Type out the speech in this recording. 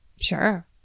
Sure